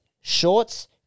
Shorts